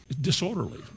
disorderly